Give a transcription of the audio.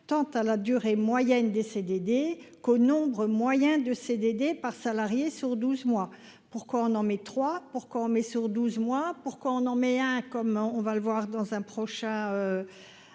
tant à la durée moyenne des CDD qu'au nombre moyen de CDD par salarié sur 12 mois pourquoi on en met trois pour qu'on met sur 12 mois pour qu'on en met un comment on va le voir dans un prochain